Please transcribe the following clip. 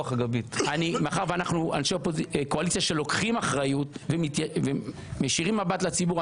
מאחר ואנחנו אנשי קואליציה שלוקחים אחריות ומישירים מבט לציבור,